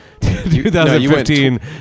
2015